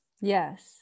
Yes